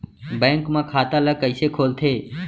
Bank म खाता ल कइसे खोलथे?